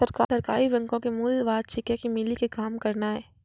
सहकारी बैंको के मूल बात छिकै, मिली के काम करनाय